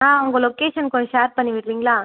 ஆ உங்கள் லொக்கேஷன் கொஞ்சம் ஷேர் பண்ணி விடுறீங்களா